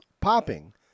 popping